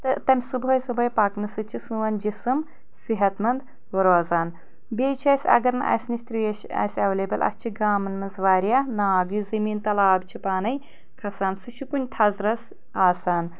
تہٕ تمہِ صُبحٲے صُبحٲے پکنہٕ سۭتۍ چھُ سون جسٕم صحت مند روزان بیٚیہِ چھِ اسہِ اگر نہٕ اسہِ نِش ترٛیش آسہِ ایویلیبل اسہِ چھِ گامن منٛز واریاہ ناگ یُس زٔمیٖن تل آب چھُ پانے کھسان سُہ چھُ کُنہِ تھزرس آسان